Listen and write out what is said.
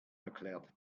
erklärt